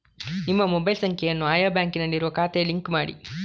ನಿಮ್ಮ ಮೊಬೈಲ್ ಸಂಖ್ಯೆಯನ್ನು ಆಯಾ ಬ್ಯಾಂಕಿನಲ್ಲಿರುವ ಖಾತೆಗೆ ಲಿಂಕ್ ಮಾಡಿ